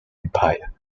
empire